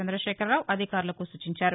చంద్రశేఖరరావు అధికారులకు సూచించారు